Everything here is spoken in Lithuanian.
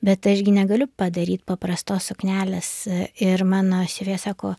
bet aš gi negaliu padaryt paprastos suknelės ir mano siuvėja sako